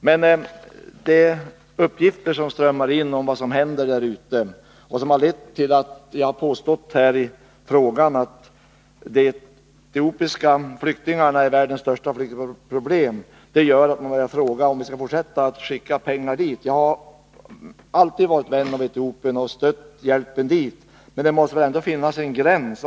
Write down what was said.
Men de uppgifter som strömmar in om vad som händer där ute — och som har lett till att jag i frågan har påstått att problemet med de etiopiska flyktingarna är världens största flyktingproblem — gör att man kan fråga sig om vi skall fortsätta skicka pengar dit. Jag har alltid varit en vän av Etiopien och stött hjälpen dit, men det måste ändå finnas en gräns.